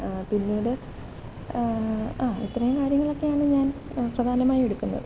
പിന്നീട് ആ ഇത്രയും കാര്യങ്ങളൊക്കെയാണ് ഞാൻ പ്രധാനമായും എടുക്കുന്നത്